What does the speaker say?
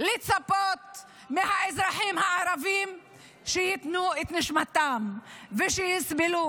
לצפות מהאזרחים הערבים שייתנו את נשמתם ושיסבלו.